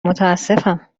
متاسفم